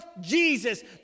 Jesus